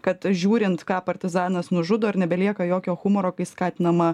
kad žiūrint ką partizanas nužudo ir nebelieka jokio humoro kai skatinama